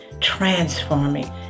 transforming